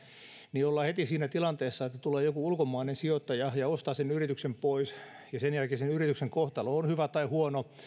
niin ollaan heti siinä tilanteessa että tulee joku ulkomainen sijoittaja ja ostaa sen yrityksen pois sen jälkeen sen yrityksen kohtalo on hyvä tai huono